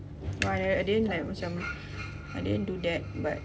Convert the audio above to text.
no I nev~ I didn't like macam I didn't do that but